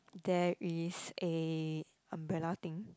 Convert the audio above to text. there is a umbrella thing